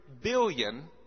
billion